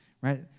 right